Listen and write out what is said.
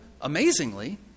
amazingly